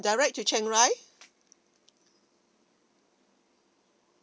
direct to chiangrai